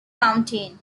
mountain